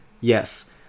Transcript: yes